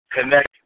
connect